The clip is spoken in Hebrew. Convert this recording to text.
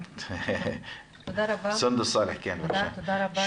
סונדוס סאלח, בבקשה.